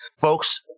Folks